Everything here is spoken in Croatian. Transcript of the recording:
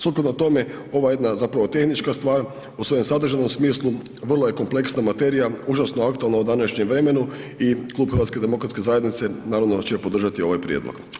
Sukladno tome, ovo je jedna zapravo tehnička stvar u svojem sadržajnom smislu, vrlo je kompleksna materija, užasno aktualna u današnjem vremenu i Klub HDZ-a naravno da će podržati ovaj prijedlog.